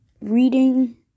reading